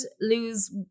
lose